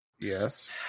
Yes